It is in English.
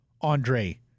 Andre